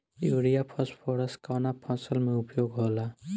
Urea phosphorus कवना फ़सल में उपयोग होला?